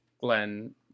Glenn